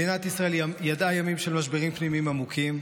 מדינת ישראל ידעה משברים פנימיים עמוקים,